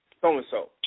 so-and-so